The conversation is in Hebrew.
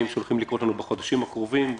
שהולכים לקרות לנו בחודשים הקרובים.